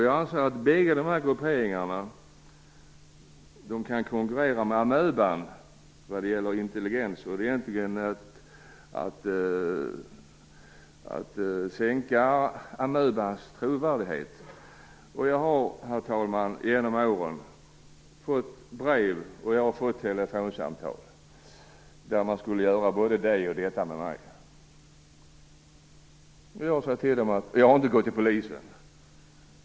Jag anser att bägge dessa grupperingar kan konkurrera med amöban när det gäller intelligens, och det är egentligen att sänka amöbans trovärdighet. Herr talman! Jag har genom åren fått brev och telefonsamtal där man sagt att man skulle göra det och detta med mig. Jag har inte gått i polisen.